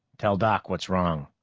tell doc what's wrong.